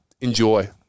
enjoy